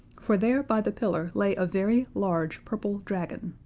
for there by the pillar, lay a very large purple dragon.